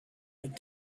had